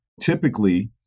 typically